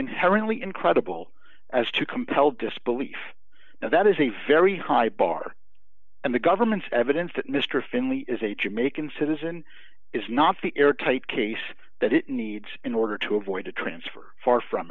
inherently incredible as to compel disbelief now that is a very high bar and the government's evidence that mr finley is a jamaican citizen is not the airtight case that it needs in order to avoid a transfer far from